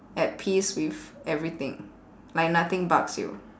at peace with everything like nothing bugs you